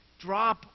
Drop